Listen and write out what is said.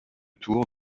tour